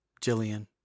Jillian